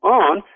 on